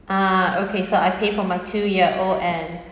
ah okay so I pay for my two year old and